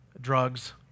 drugs